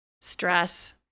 stress